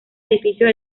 edificios